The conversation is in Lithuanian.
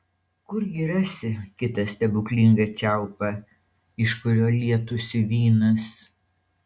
kurgi rasi kitą stebuklingą čiaupą iš kurio lietųsi vynas